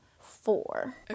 four